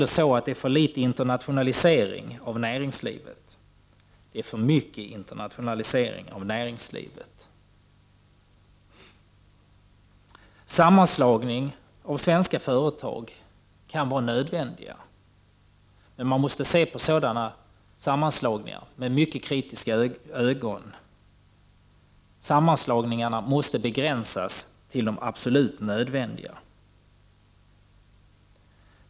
Det sker inte heller för få internationaliseringar i det svenska näringslivet, utan det sker för många. Sammanslagningar av svenska företag kan vara nödvändiga. Men man måste se på sådana sammanslagningar med mycket kritiska ögon. Sammanslagningarna måste begränsas till de absolut nödvändiga.